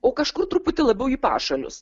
o kažkur truputį labiau į pašalius